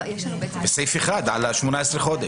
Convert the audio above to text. יש את סעיף (1) לגבי ה-18 חודשים.